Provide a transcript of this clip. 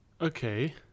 Okay